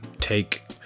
take